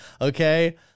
Okay